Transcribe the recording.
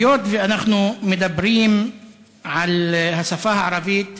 היות שאנחנו מדברים על השפה הערבית